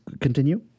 continue